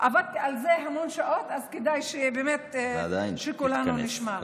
עבדתי על זה המון שעות, אז באמת כדאי שכולנו נשמע.